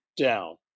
down